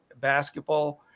basketball